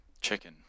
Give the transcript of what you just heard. Chicken